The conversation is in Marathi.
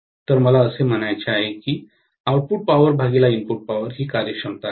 तर मला असे म्हणायचे आहे की आउटपुट पॉवर भागिले इनपुट पॉवर ही कार्यक्षमता आहे